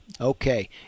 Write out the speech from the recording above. Okay